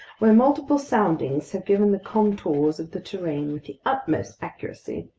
where multiple soundings have given the contours of the terrain with the utmost accuracy.